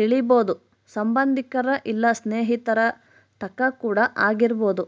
ತಿಳಿಬೊದು ಸಂಬಂದಿಕರ ಇಲ್ಲ ಸ್ನೇಹಿತರ ತಕ ಕೂಡ ಆಗಿರಬೊದು